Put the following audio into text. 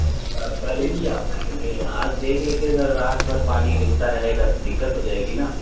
اچھا کل ہی آ پائیں گے آج دیکھ لیتے سر رات بھر پانی گرتا رہے گا تو دقت ہو جائے گی نا